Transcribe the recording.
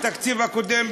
התקציב הקודם,